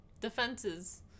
defenses